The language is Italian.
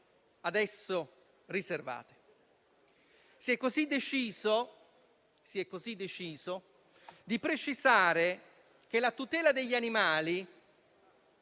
ad esso riservate. Si è così deciso di precisare che la tutela degli animali